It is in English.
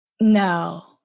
No